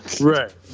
Right